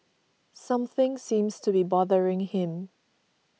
something seems to be bothering him